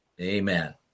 Amen